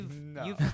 No